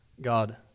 God